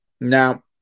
now